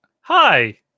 Hi